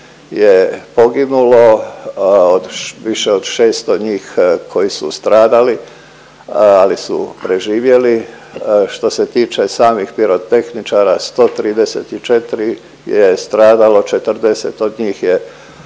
je poginulo, više od 600 njih koji su stradali ali su preživjeli. Što se tiče samih pirotehničara 134 je stradalo, 40 od njih je